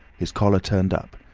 his collar turned up,